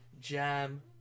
jam